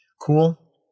Cool